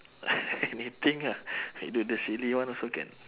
anything lah we do the silly one also can